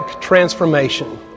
transformation